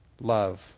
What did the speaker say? love